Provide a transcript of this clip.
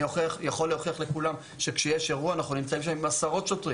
אני יכול להוכיח לכולם שכשיש אירוע אנחנו נמצאים שם עם עשרות שוטרים.